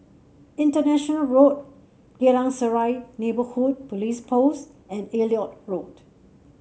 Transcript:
International Road Geylang Serai Neighbourhood Police Post and Elliot Road